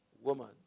Woman